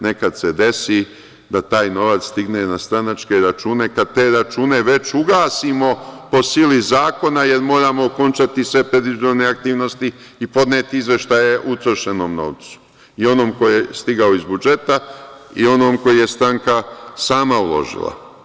Nekad se desi da taj novac stigne na stranačke račune kada te račune već ugasimo po sili zakona, jer moramo okončati sve predizborne aktivnosti i podneti izveštaje o utrošenom novcu i onom koji je stigao iz budžeta i onom koji je stranka sama uložila.